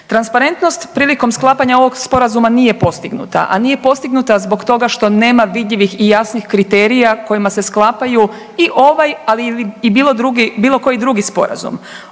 Transparentnost prilikom sklapanja ovog Sporazuma nije postignuta, a nije postignuta zbog toga što nema vidljivih i jasnih kriterija kojima se sklapaju i ovaj, ali i bilo koji drugi sporazum.